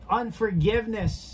unforgiveness